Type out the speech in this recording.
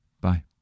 Bye